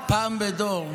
פעם בדור,